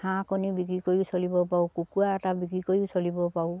হাঁহ কণী বিক্ৰী কৰি চলিব পাৰো কুকুৰা এটা বিক্ৰী কৰিও চলিব পাৰো